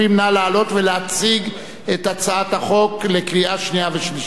נא לעלות ולהציג את הצעת החוק לקריאה שנייה ושלישית.